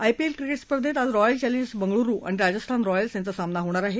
IPL cricket स्पर्धेत आज Royal Challengers Bengaluru आणि राजस्थान रॉयल्स यांचा सामना होणार आहे